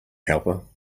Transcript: helper